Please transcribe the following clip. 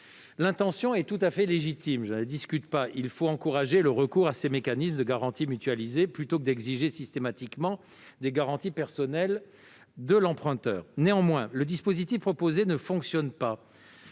L'intention est tout à fait légitime. Il faut encourager le recours à ces mécanismes de garantie mutualisés plutôt que d'exiger systématiquement des garanties personnelles de l'emprunteur. Néanmoins, le dispositif présenté ne fonctionne pas.